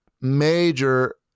major